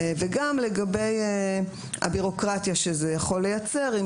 וגם לגבי הבירוקרטיה שזה יכול לייצר אם